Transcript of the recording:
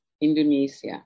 Indonesia